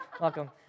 welcome